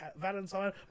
Valentine